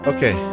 Okay